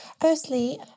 firstly